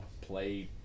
play